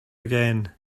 again